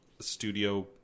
studio